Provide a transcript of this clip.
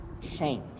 change